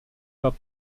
pas